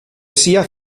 sia